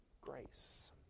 grace